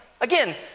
Again